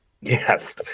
Yes